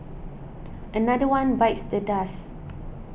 another one bites the dust